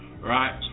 right